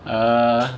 err